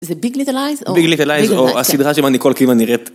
זה ביג ליטל אייז? ביג ליטל אייז, או הסדרה שבה ניקול קידמן נראית?